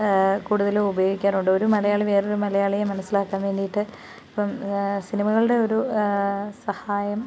കൂടുതലും ഉപയോഗിക്കാറുണ്ട് ഒരു മലയാളി വേറൊരു മലയാളിയെ മനസ്സിലാക്കാൻവേണ്ടിയിട്ട് ഇപ്പം സിനിമകളുടെ ഒരു സഹായം